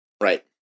Right